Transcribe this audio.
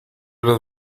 las